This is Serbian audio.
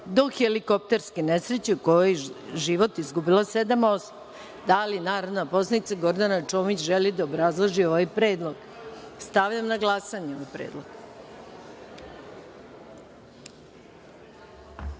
do helikopterske nesreće u kojoj je život izgubilo sedam osoba. Da li narodna poslanica Gordana Čomić želi da obrazloži ovaj predlog? (Ne.)Stavljam na glasanje ovaj